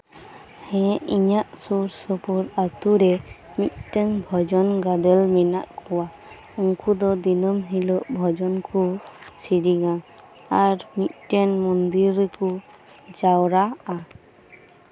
ᱦᱮᱸ ᱤᱧᱟᱹᱜ ᱥᱩᱨ ᱥᱩᱯᱩᱨ ᱟᱹᱛᱩᱨᱮ ᱢᱤᱫᱴᱮᱱ ᱵᱷᱡᱚᱱ ᱜᱟᱫᱮᱞ ᱢᱮᱱᱟᱜ ᱠᱚᱣᱟ ᱩᱱᱠᱩ ᱫᱚ ᱫᱤᱱᱟᱹᱢ ᱦᱤᱞᱳᱜ ᱵᱷᱚᱡᱚᱱ ᱠᱚ ᱥᱮᱨᱮᱧᱟ ᱟᱨ ᱢᱤᱫᱴᱮᱱ ᱢᱚᱱᱫᱤᱨ ᱨᱮᱠᱚ ᱡᱟᱣᱨᱟᱜᱼᱟ